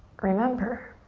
remember